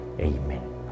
Amen